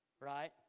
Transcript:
right